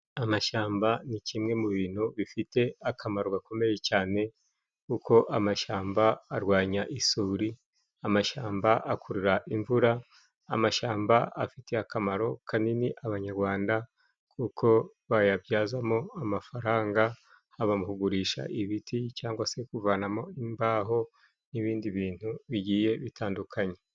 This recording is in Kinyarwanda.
Amashyamba ni kimwe mu bintu bifite akamaro gakomeye cyane kuko amashyamba arwanya isuri, amashyamba akurura imvura, amashyamba afitiye akamaro kanini abanyarwanda kuko bayabyazamo amafaranga haba mu kugurisha ibiti cyangwa se kuvanamo imbaho n'ibindi bintu bigiye bitandukanye.